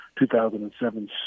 2007